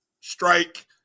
strike